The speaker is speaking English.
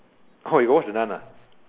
oh you got watch the nun ah